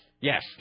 Yes